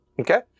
Okay